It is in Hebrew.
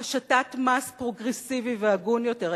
השתת מס פרוגרסיבי והגון יותר.